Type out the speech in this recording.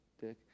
Dick